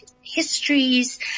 histories